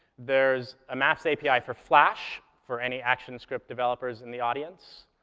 there's a maps api for flash, for any action script developers in the audience.